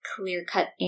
clear-cut